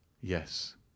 Yes